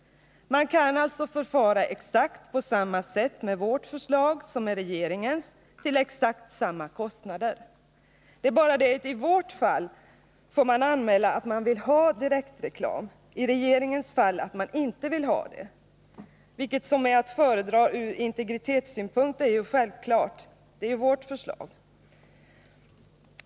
Man kan alltså förfara på exakt samma sätt med vårt förslag som med regeringens till exakt samma kostnader. Det är bara det att enligt vårt förslag får man anmäla att man vill ha direktreklam — enligt regeringens förslag att man inte vill ha det. Vilket som är att föredra ur integritetssynpunkt är ju självklart — naturligtvis vpk:s förslag.